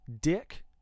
dick